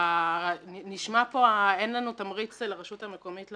נשמע פה שאין לנו תמריץ, לרשות המקומית,